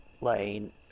lane